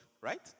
right